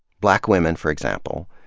black women, for example,